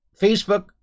Facebook